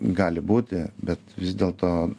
gali būti bet vis dėlto